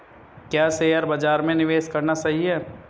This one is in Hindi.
क्या शेयर बाज़ार में निवेश करना सही है?